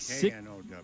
K-N-O-W